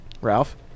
Ralph